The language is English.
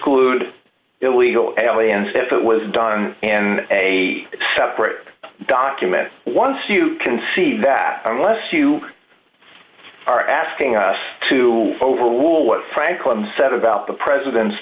exclude illegal aliens if it was done in a separate document once you can see that unless you are asking us to overrule what franklin seven about the president